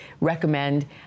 recommend